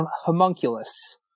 homunculus